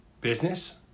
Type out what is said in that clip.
business